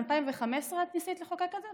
ב-2015 את ניסית לחוקק את זה,